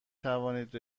توانید